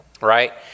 right